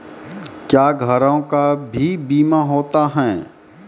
क्या घरों का भी बीमा होता हैं?